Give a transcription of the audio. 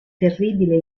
terribile